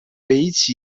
围棋